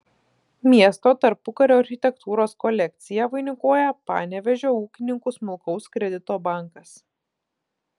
miesto tarpukario architektūros kolekciją vainikuoja panevėžio ūkininkų smulkaus kredito bankas